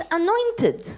anointed